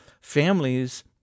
families